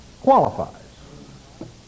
qualifies